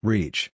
Reach